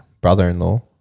brother-in-law